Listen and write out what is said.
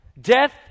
Death